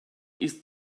ist